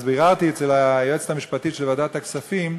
אז ביררתי אצל היועצת המשפטית של ועדת הכספים,